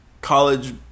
College